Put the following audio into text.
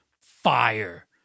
Fire